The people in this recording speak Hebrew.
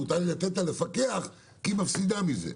מותר לי לתת לה לפקח כי היא מפסידה מזה.